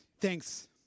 Thanks